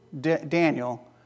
Daniel